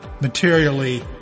materially